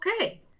okay